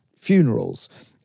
funerals